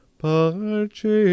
parce